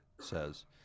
says